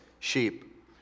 Sheep